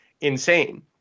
insane